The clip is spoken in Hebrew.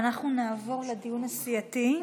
אנחנו נעבור לדיון הסיעתי.